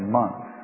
months